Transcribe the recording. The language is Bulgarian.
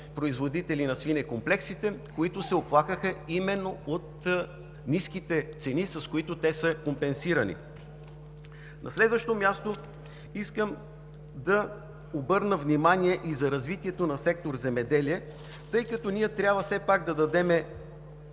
производители на свинекомплексите, които се оплакаха именно от ниските цени, с които те са компенсирани. На следващо място, искам да обърна внимание и за развитието на сектор „Земеделие“, тъй като трябва да дадем